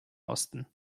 osten